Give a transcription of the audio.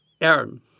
Aaron